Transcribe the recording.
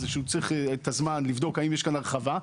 צריך את הזמן כדי לבדוק האם יש כאן הרחבה.